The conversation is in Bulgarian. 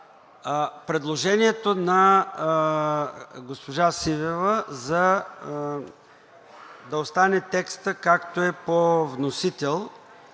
Предложението на госпожа Сивева да остане текстът, както е по вносител